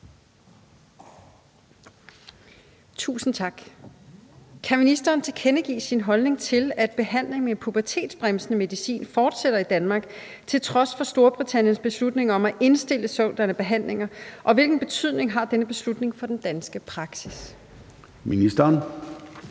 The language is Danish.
Thiesen (DF): Kan ministeren tilkendegive sin holdning til, at behandling med pubertetsbremsende medicin fortsætter i Danmark, til trods for Storbritanniens beslutning om at indstille sådanne behandlinger, og hvilken betydning har denne beslutning for den danske praksis? Formanden